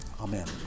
Amen